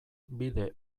bide